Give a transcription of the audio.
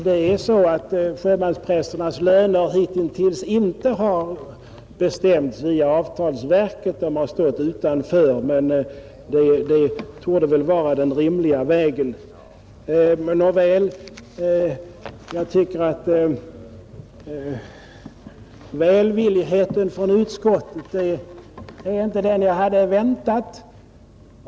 Det är så att sjömansprästernas löner hitintills inte har bestämts via avtalsverket — de har stått utanför — men det torde vara den rimliga vägen, Välvilligheten från utskottet är inte den jag hade väntat.